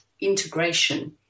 integration